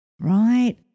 right